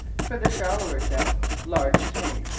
for the shallower depths large tanks,